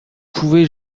pouvez